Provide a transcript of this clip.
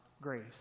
grace